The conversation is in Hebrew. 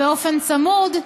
באופן צמוד,